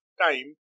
time